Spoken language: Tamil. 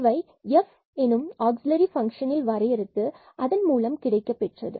இவை F ஆக்சில்லரி பங்ஷனில் வரையறுத்து அதன் மூலம் கிடைக்கப் பெற்றது